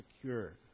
secure